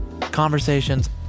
Conversations